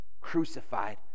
crucified